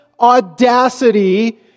audacity